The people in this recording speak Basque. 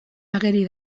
ageri